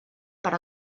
per